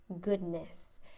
goodness